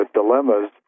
dilemmas